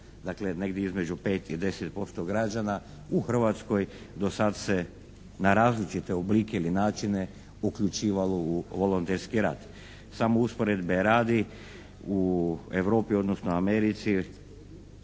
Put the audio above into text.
Dakle, negdje između 5 i 10% građana u Hrvatskoj do sad se na različite oblike ili načine uključivalo u volonterski rad. Samo usporedbe radi, u Europi, odnosno Americi